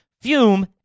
Fume